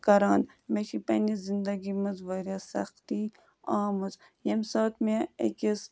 کَران مےٚ چھِ پنٛنہِ زندگی منٛز واریاہ سختی آمٕژ ییٚمہِ ساتہٕ مےٚ أکِس